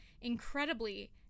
incredibly